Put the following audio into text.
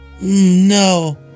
No